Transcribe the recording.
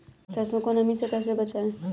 सरसो को नमी से कैसे बचाएं?